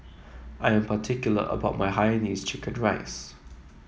I am particular about my Hainanese Chicken Rice